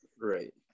Right